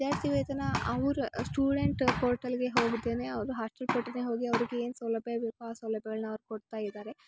ವಿದ್ಯಾರ್ಥಿ ವೇತನ ಅವರು ಸ್ಟೂಡೆಂಟ್ ಪೋರ್ಟಲ್ಗೆ ಹೋಗಿದ್ದೇನೆ ಆವಾಗ ಹಾಸ್ಟ್ಲ್ ಪೋರ್ಟಲ್ಗೆ ಹೋಗಿ ಅವರಿಗೆ ಏನು ಸೌಲಭ್ಯ ಬೇಕು ಆ ಸೌಲಭ್ಯಗಳ್ನ ಅವ್ರು ಕೊಡ್ತಾ ಇದ್ದಾರೆ